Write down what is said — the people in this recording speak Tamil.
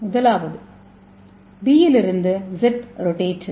முதலாவது பி யிலெறிந்து இசட் ரோட்டேட்டர்